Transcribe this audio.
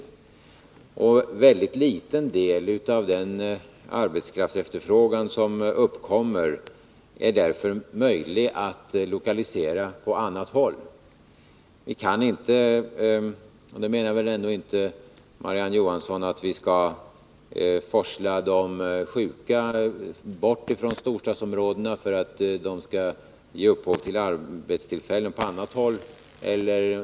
En ytterst liten del av den arbetskraftsefterfrågan som uppkommer är därför möjlig att lokalisera på annat håll. Vi kan inte — det menar väl ändå inte Marie-Ann Johansson heller — forsla de sjuka eller de små barnen som befinner sig i barnomsorgen bort från storstadsområdena för att de skall ge upphov till arbetstillfällen på annat håll.